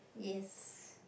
yes